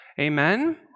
Amen